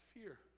fear